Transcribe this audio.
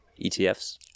ETFs